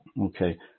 Okay